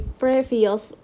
previous